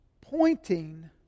pointing